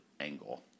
Angle